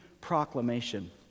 proclamation